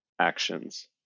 actions